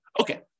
Okay